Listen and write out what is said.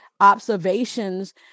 observations